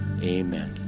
amen